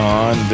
on